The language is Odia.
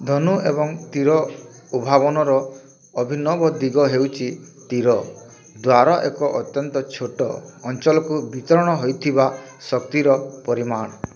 ଧନୁ ଏବଂ ତୀର ଉଦ୍ଭାବନର ଅଭିନବ ଦିଗ ହେଉଛି ତୀର ଦ୍ୱାରା ଏକ ଅତ୍ୟନ୍ତ ଛୋଟ ଅଞ୍ଚଳକୁ ବିତରଣ ହୋଇଥିବା ଶକ୍ତିର ପରିମାଣ